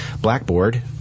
Blackboard